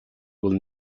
would